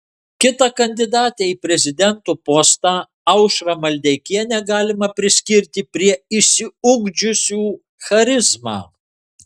kitą kandidatę į prezidento postą aušrą maldeikienę galima priskirti prie išsiugdžiusių charizmą